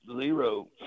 Zero